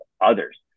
others